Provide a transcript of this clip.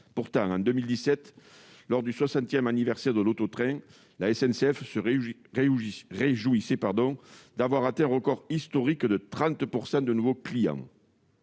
Pourtant, en 2017, lors du soixantième anniversaire de l'auto-train, la SNCF se réjouissait d'avoir atteint un record historique de 30 % de nouveaux clients.